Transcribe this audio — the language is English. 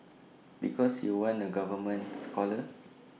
because you weren't A government scholar